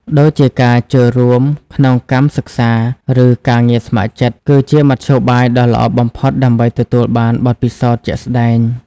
ដូចជាការចូលរួមក្នុងកម្មសិក្សា ឬការងារស្ម័គ្រចិត្ត គឺជាមធ្យោបាយដ៏ល្អបំផុតដើម្បីទទួលបានបទពិសោធន៍ជាក់ស្តែង។